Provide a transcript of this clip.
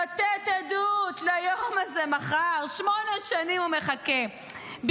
לתת עדות, שמונה שנים הוא מחכה ליום הזה, מחר.